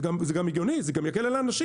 זה גם הגיוני, זה גם יקל על האנשים.